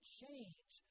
change